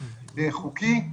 חוקי,